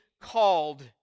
called